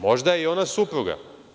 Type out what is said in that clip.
Možda je i ona supruga.